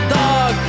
dog